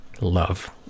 Love